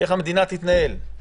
איך המדינה תתנהל.